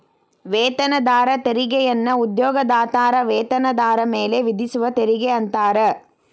ವೇತನದಾರ ತೆರಿಗೆಯನ್ನ ಉದ್ಯೋಗದಾತರ ವೇತನದಾರ ಮೇಲೆ ವಿಧಿಸುವ ತೆರಿಗೆ ಅಂತಾರ